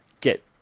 get